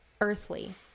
earthly